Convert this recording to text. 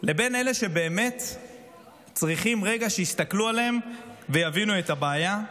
אלה שבאמת צריכים שיסתכלו עליהם רגע ויבינו את הבעיה,